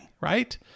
right